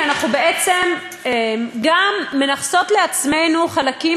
כי אנחנו בעצם גם מנכסות לעצמנו חלקים